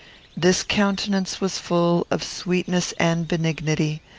this countenance was full of sweetness and benignity,